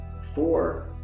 four